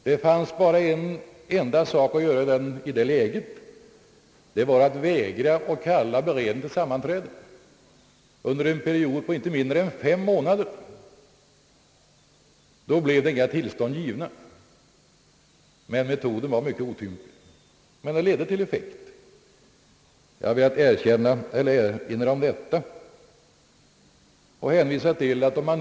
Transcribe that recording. Det fanns bara en enda sak att göra i det läget, nämligen att vägra att kalla beredningen till sammanträde. Under en period av inte mindre än fem månader blev inga tillstånd givna. Metoden ledde till effekt men var mycket otymplig. Jag har dock velat erinra om den.